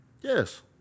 Yes